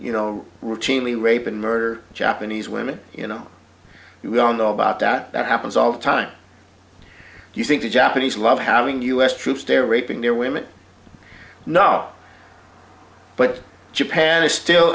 you know routinely rape and murder japanese women you know we all know about that that happens all the time you think the japanese love having u s troops there reaping their women no but japan is still